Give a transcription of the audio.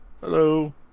Hello